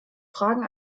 fragen